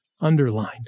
underlined